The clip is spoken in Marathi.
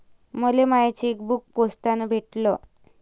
मले माय चेकबुक पोस्टानं भेटल